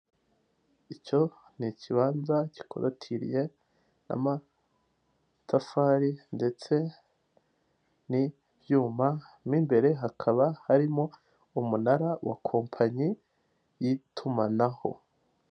Icyo ni ikibanza gikorotiriye n'amatafari ndetse n'ibyuma, mo imbere hakaba harimo umunara wa kompanyi y'itumanaho.